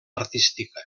artística